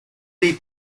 dei